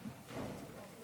גברתי היושבת-ראש, כבוד